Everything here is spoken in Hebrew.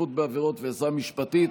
שיפוט בעבירות ועזרה משפטית),